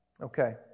Okay